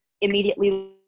immediately